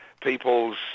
people's